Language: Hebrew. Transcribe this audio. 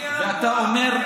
ואתה אומר: